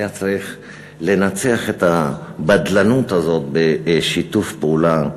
שהיה צריך לנצח את הבדלנות הזאת בשיתוף פעולה,